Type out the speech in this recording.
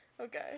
Okay